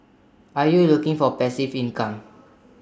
are you looking for passive income